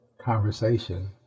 conversation